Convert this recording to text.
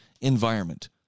environment